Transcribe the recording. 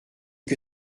que